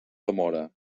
demora